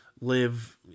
live